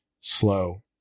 slow